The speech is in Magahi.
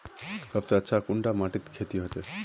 सबसे अच्छा कुंडा माटित खेती होचे?